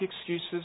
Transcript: excuses